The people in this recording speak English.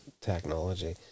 Technology